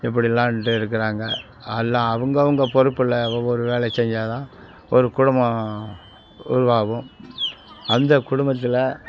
இப்படிலாம் வந்துட்டு இருக்கிறாங்க எல்லாம் அவங்கவுங்க பொறுப்பில் அவன் ஒரு வேலை செஞ்சால் தான் ஒரு குடும்பம் உருவாகும் அந்த குடும்பத்தில்